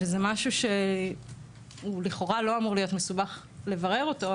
וזה משהו שהוא לכאורה לא אמור להיות מסובך לברר אותו,